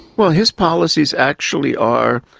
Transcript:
well, his policies actually are,